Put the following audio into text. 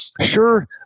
sure